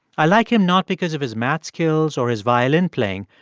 i like him not because of his math skills or his violin playing,